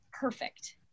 perfect